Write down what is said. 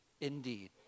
indeed